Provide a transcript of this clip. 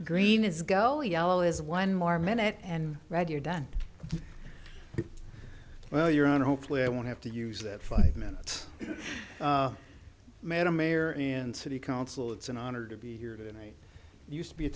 green is go yellow is one more minute and red you're done well you're on hopefully i won't have to use that five minutes madam mayor and city council it's an honor to be here and i used to be a